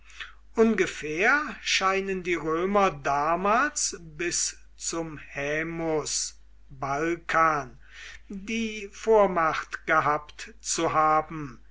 ungefähr scheinen die römer damals bis zum haemus balkan die vormacht gehabt zu haben